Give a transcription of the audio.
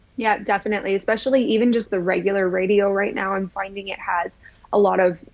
yeah, definitely. especially even just the regular radio right now. i'm finding it has a lot of,